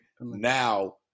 now